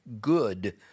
good